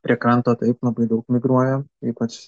prie kranto taip labai daug migruoja ypač